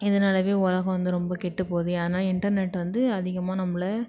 இதனாலவே உலகோம் வந்து ரொம்ப கெட்டுப் போது ஏன்னா இன்டர்நெட் வந்து அதிகமாக நம்மளை